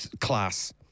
class